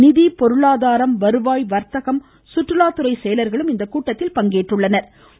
நிதி பொருளாதாரம் வருவாய் வர்த்தகம் சுற்றுலா துறை செயலா்களும் இந்த கூட்டத்தில் பங்கேற்றுள்ளனா்